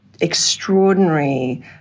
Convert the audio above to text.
extraordinary